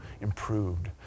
improved